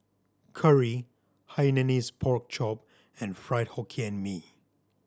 curry Hainanese Pork Chop and Fried Hokkien Mee